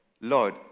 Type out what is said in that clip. Lord